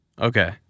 Okay